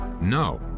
no